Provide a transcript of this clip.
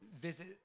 visit